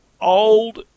old